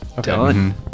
Done